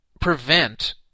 prevent